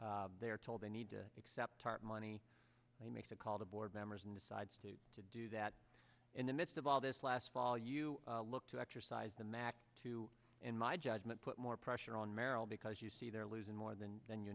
they are told they need to accept tarp money they make the call the board members and sides to to do that in the midst of all this last fall you look to exercise the mac to in my judgment put more pressure on merrill because you see they're losing more than than you